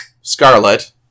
Scarlet